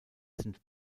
sind